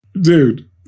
dude